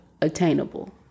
attainable